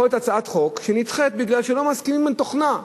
יכולה להיות הצעת חוק שנדחית כי לא מסכימים עם תוכנה,